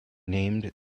named